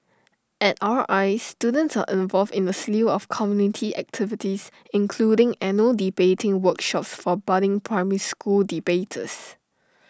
at R I students are involved in A slew of community activities including annual debating workshops for budding primary school debaters